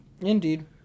Indeed